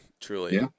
truly